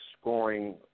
scoring